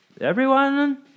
Everyone